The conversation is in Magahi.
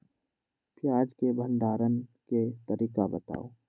प्याज के भंडारण के तरीका बताऊ?